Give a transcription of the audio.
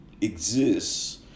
exists